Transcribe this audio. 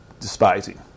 despising